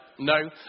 No